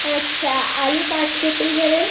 আচ্ছা আলু পাঁচ কেজি দেবেন